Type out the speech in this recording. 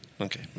Okay